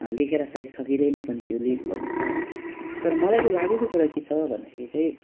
लेखेर सायद सकिँदैन पनि त्यो लेख भन्ने कुरा तर मलाई चाहिँ लागेको कुरा के छ भन्दाखेरि चाहिँ